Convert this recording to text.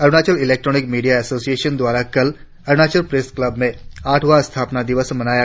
Arunachal electronic media association द्वारा कल Arunachal press club में आठवां स्थापना दिवस मनाया